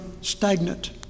stagnant